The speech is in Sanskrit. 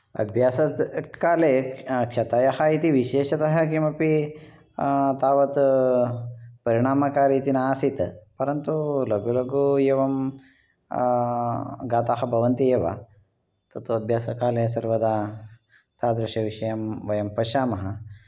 अभ्यास काले क्षतयः इति विशेषतः किमपि तावत् परिणामकारि इति न आसीत् परन्तु लघु लघु एवं गतः भवन्ति एव तत्तु अभ्यसकाले सर्वदा तादृशविषयं वयं पश्यामः